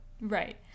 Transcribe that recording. right